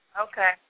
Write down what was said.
Okay